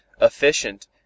efficient